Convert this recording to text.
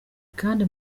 kandi